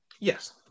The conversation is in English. Yes